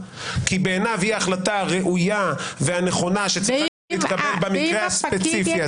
כי בעיניו היא החלטה ראויה ונכונה שצריכה להתקבל במקרה הספציפי הזה,